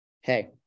hey